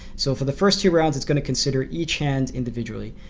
so for the first two rounds it's going to consider each hand individually.